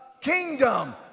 kingdom